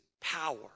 power